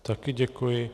Taky děkuji.